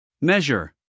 Measure